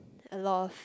a lot of